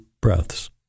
breaths